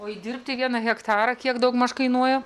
o įdirbti vieną hektarą kiek daugmaž kainuoja